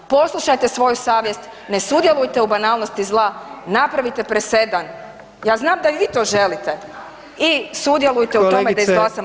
Poslušajte svoju savjest, ne sudjelujte u banalnosti zla, napravite presedan, ja znam da i vi to želite, i sudjelujte u tome,